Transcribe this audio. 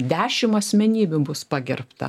dešim asmenybių bus pagerbta